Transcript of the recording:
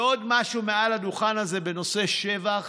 ועוד משהו מעל הדוכן הזה בנושא שבח